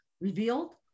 revealed